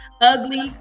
ugly